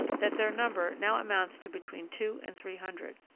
that their number now amounts to between two and three hundred.